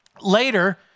Later